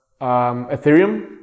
Ethereum